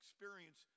experience